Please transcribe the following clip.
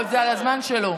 וזה על הזמן שלו.